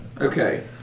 Okay